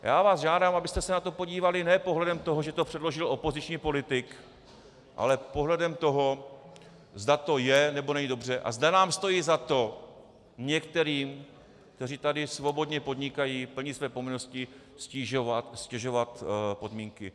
Já vás žádám, abyste se na to podívali ne pohledem toho, že to předložil opoziční politik, ale pohledem toho, zda to je, nebo není dobře a zda nám stojí za to některým, kteří tady svobodně podnikají a plní své povinnosti, ztěžovat podmínky.